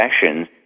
sessions